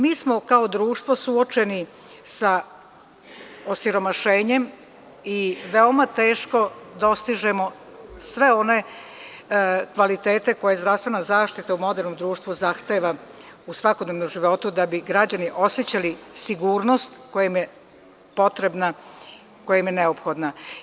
Mi smo kao društvo, suočeni sa osiromašenjem i veoma teško dostižemo sve one kvalitete koje zdravstvena zaštita u modernom društvu zahteva u svakodnevnom životu da bi građani osećali sigurnost koja im je potrebna i neophodna.